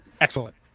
Excellent